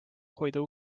hoida